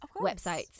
websites